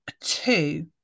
two